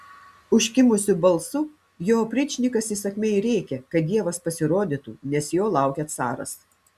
užkimusiu balsu jo opričnikas įsakmiai rėkia kad dievas pasirodytų nes jo laukia caras